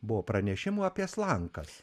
buvo pranešimų apie slankas